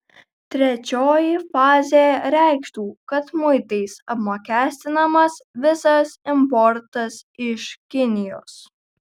trečioji fazė reikštų kad muitais apmokestinamas visas importas iš kinijos